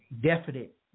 definite